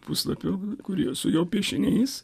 puslapių kurie su jo piešiniais